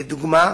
לדוגמה: